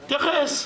תתייחס.